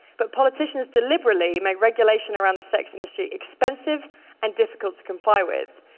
but politicians deliberately make regulation around the sex industry expensive and difficult to comply with.